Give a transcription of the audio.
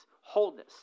wholeness